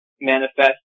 manifest